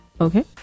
Okay